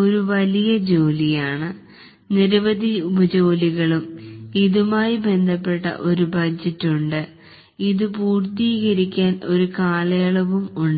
ഒരു വലിയ ജോലിയാണ് നിരവധി ഉപജോലികളും ഇതുമായി ബന്ധപ്പെട്ട ഒരു ബജറ്റ് ഉണ്ട് ഇതു പൂർത്തീകരിക്കാൻ ഒരു കാലയളവും ഉണ്ട്